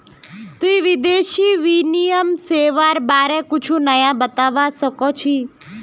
तुई विदेशी विनिमय सेवाआर बारे कुछु नया बतावा सक छी